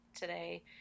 today